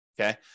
okay